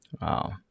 Wow